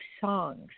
songs